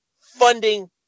funding